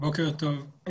בוקר טוב,